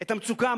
את המצוקה.